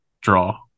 draw